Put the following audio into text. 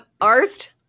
Arst